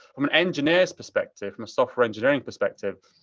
from an engineer's perspective, from a software engineering perspective,